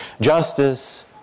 Justice